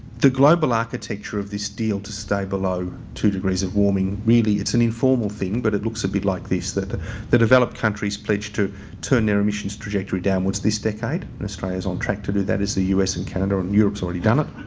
the global architecture of this deal to stay below two degrees of warming, really it's an informal thing, but it looks a bit like this. the developed countries pledge to turn their emissions trajectory downwards this decade and australia's on track to do that as the u s. and canada and europe's already done it.